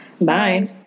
Bye